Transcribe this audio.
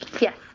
Yes